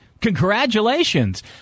congratulations